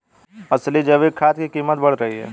असली जैविक खाद की कीमत बढ़ रही है